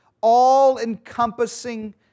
all-encompassing